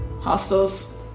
Hostels